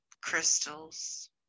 crystals